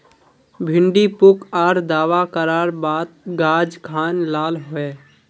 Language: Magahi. भिन्डी पुक आर दावा करार बात गाज खान लाल होए?